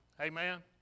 Amen